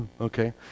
Okay